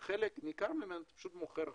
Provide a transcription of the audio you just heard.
וחלק ניכר ממנו אתה פשוט מוכר החוצה,